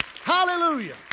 Hallelujah